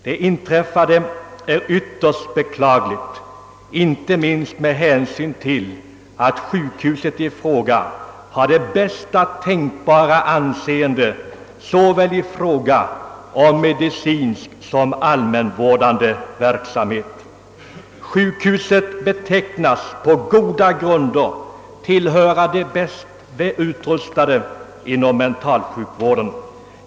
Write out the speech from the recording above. Det inträffade är ytterst beklagligt inte minst med hänsyn till att sjukhuset i fråga har det bästa tänkbara anseende för såväl sin medicinska som sin allmänvårdande verksamhet. Sjukhuset betecknas på goda grunder vara bland de bäst utrustade inom mentalsjukvården.